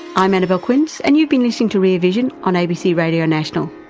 i'm annabelle quince and you've been listening to rear vision on abc radio national